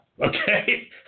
Okay